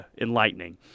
enlightening